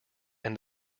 and